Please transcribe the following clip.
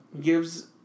gives